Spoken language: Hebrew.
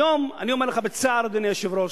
היום, אני אומר לך בצער, אדוני היושב-ראש,